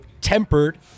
Tempered